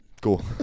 Cool